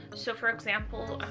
so for example,